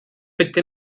bitte